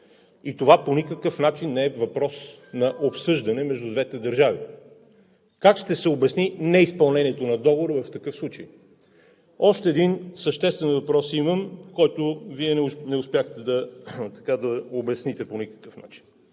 И това по никакъв начин не е въпрос на обсъждане между двете държави. Как ще се обясни неизпълнението на Договора в такъв случай? Още един съществен въпрос имам, който Вие не успяхте да обясните по никакъв начин.